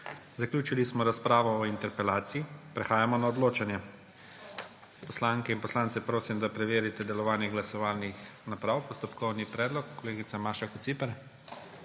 Zaključili smo razpravo o interpelaciji, prehajamo na odločanje. Poslanke in poslance prosim, da preverijo delovanje glasovalnih naprav. Postopkovni predlog kolegica Maša Kociper.